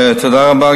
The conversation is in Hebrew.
תודה רבה,